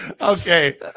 Okay